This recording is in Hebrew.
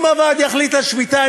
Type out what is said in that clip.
אם הוועד יחליט על שביתה,